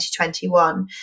2021